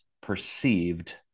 perceived